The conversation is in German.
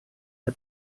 der